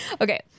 Okay